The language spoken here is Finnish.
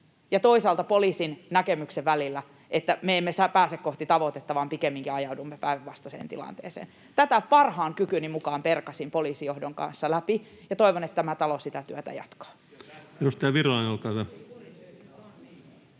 toisaalta poliisin näkemyksen välillä, että me emme pääse kohti tavoitetta vaan pikemminkin ajaudumme päinvastaiseen tilanteeseen. Tätä parhaan kykyni mukaan perkasin poliisijohdon kanssa läpi ja toivon, että tämä talo sitä työtä jatkaa.